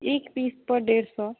एक पीस पर डेढ़ सए